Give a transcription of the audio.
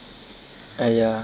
ah ya